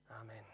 Amen